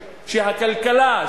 שהכלכלה,